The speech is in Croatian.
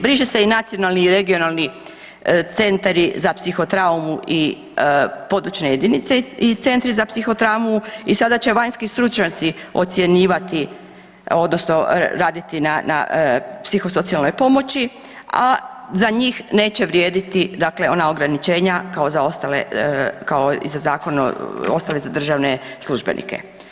Briše se nacionalni i regionalni centri za psihotraumu područne jedinice i centri za psihotraumu i sada će vanjski stručnjaci ocjenjivati odnosno raditi na psihosocijalnoj pomoći, a za njih neće vrijediti ona ograničenja kao i za Zakon ostale za državne službenike.